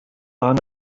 waren